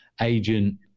agent